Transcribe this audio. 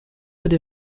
would